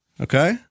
Okay